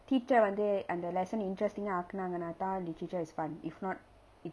teacher வந்து:vanthu and the lesson interesting ஆக்கினாங்கன்னா தான்:akinanganna thaan literature is fun if not it's